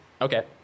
Okay